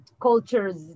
cultures